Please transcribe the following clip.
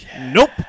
Nope